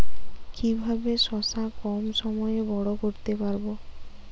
কিভাবে শশা কম সময়ে বড় করতে পারব?